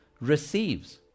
receives